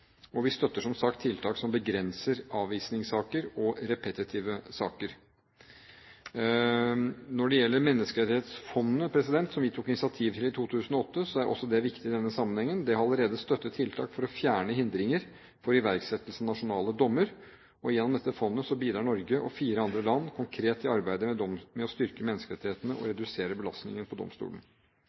og vi støtter som sagt tiltak som begrenser avvisningssaker og repetitive saker. Når det gjelder Menneskerettighetsfondet, som vi tok initiativ til i 2008, er også det viktig i denne sammenhengen; det har allerede støttet tiltak for å fjerne hindringer for iverksettelse av nasjonale dommer. Gjennom dette fondet bidrar Norge og fire andre land konkret i arbeidet med å styrke menneskerettighetene og redusere belastningen på domstolen.